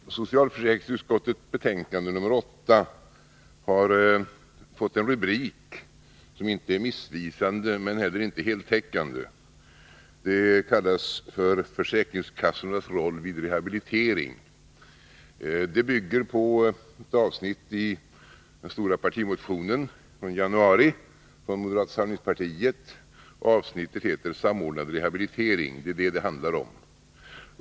Herr talman! Socialförsäkringsutskottets betänkande nr 8 har fått en rubrik som inte är missvisande men heller inte heltäckande. Rubriken lyder Försäkringskassornas roll vid rehabilitering. Betänkandet bygger på det avsnitt i moderata samlingspartiets stora partimotion från januari som heter Samordnad rehabilitering. Det är det som det handlar om.